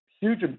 huge